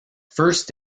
first